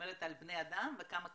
מדברת על בני אדם וכמה כניסות.